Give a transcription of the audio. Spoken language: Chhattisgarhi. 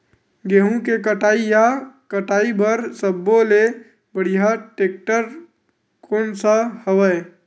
गेहूं के कटाई या कटाई बर सब्बो ले बढ़िया टेक्टर कोन सा हवय?